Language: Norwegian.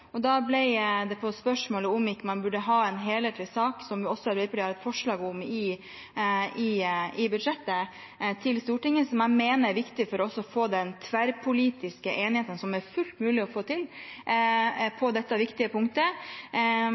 Da ble det spørsmål om man ikke burde få en helhetlig sak, som også Arbeiderpartiet har forslag om i budsjettet, til Stortinget. Jeg mener det er viktig for oss å få den tverrpolitiske enigheten som det er fullt mulig å få til på dette viktige punktet.